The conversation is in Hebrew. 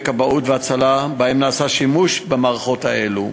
כבאות והצלה שבהם נעשה שימוש במערכות האלה.